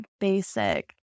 basic